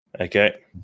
Okay